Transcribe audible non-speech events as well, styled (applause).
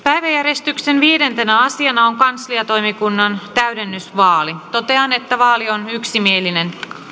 (unintelligible) päiväjärjestyksen viidentenä asiana on kansliatoimikunnan täydennysvaali totean että vaali on yksimielinen